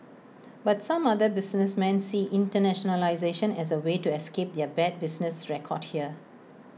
but some other businessmen see internationalisation as A way to escape their bad business record here